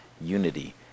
unity